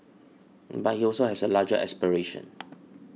but he also has a larger aspiration